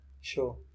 Sure